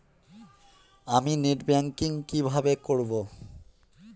আমি net banking কিভাবে করব?